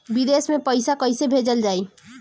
विदेश में पईसा कैसे भेजल जाई?